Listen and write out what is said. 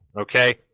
okay